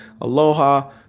Aloha